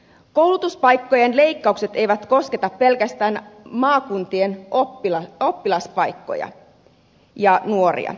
koulutuspaikkojen leikkaukset eivät kosketa pelkästään maakuntien oppilaspaikkoja ja nuoria